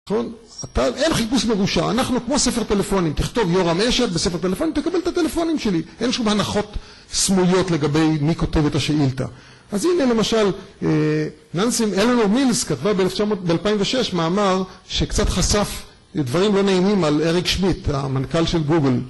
אין חיפוש מרושע, אנחנו כמו ספר טלפונים, תכתוב יורם אשל, בספר טלפונים, תקבל את הטלפונים שלי. אין שום הנחות סמויות לגבי מי כותב את השאילתה. אז הנה למשל, אלנור מילס כתבה ב-2006 מאמר שקצת חשף דברים לא נעימים על אריק שמיט, המנכ"ל של גוגל